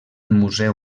museu